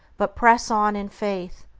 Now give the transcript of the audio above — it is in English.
but press on in faith,